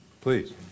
please